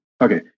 Okay